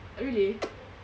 really